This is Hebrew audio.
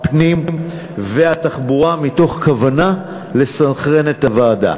הפנים והתחבורה מתוך כוונה לסנכרן את הוועדה.